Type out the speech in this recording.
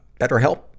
BetterHelp